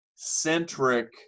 centric